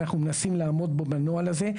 אנחנו מנסים לעמוד בו בנוהל הזה,